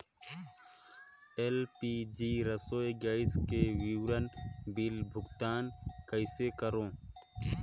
LPG रसोई gas के विवरण बिल भुगतान कइसे करों?